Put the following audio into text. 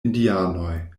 indianoj